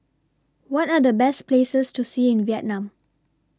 What Are The Best Places to See in Vietnam